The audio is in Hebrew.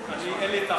אני, אין לי טענות.